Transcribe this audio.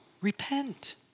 repent